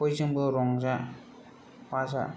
बयजोंबो रंजा बाजा